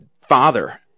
father